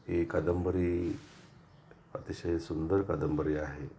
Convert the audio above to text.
ही कादंबरी अतिशय सुंदर कादंबरी आहे